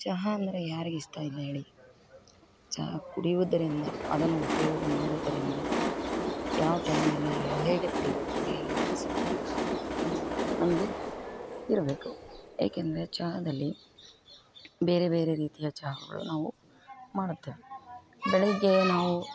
ಚಹಾ ಅಂದರೆ ಯಾರಿಗೆ ಇಷ್ಟ ಇಲ್ಲ ಹೇಳಿ ಚಹಾ ಕುಡಿಯೋದರಿಂದ ಅದನ್ನು ಉಪಯೋಗ ಮಾಡೋದ್ರಿಂದ ಯಾವ ಟೈಮಲ್ಲಿ ಹೇಗೆ ಕುಡಿಬೇಕು ಹೇಗೆ ಬಳಸಬೇಕು ಎಂಬುದು ನಮಗೆ ಇರಬೇಕು ಏಕಂದ್ರೆ ಚಹಾದಲ್ಲಿ ಬೇರೆ ಬೇರೆ ರೀತಿಯ ಚಹಾಗಳು ನಾವು ಮಾಡುತ್ತೇವೆ ಬೆಳಗ್ಗೆ ನಾವು